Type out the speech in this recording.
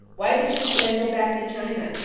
why did she say go back to china?